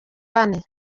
bane